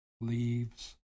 leaves